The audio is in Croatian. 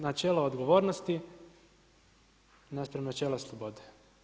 Načelo odgovornosti naspram načela slobode.